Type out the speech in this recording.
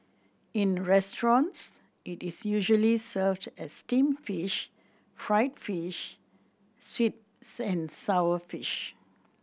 in restaurants it is usually served as steamed fish fried fish sweet and sour fish